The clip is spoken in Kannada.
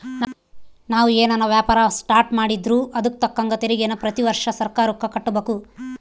ನಾವು ಏನನ ವ್ಯಾಪಾರ ಸ್ಟಾರ್ಟ್ ಮಾಡಿದ್ರೂ ಅದುಕ್ ತಕ್ಕಂಗ ತೆರಿಗೇನ ಪ್ರತಿ ವರ್ಷ ಸರ್ಕಾರುಕ್ಕ ಕಟ್ಟುಬಕು